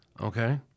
Okay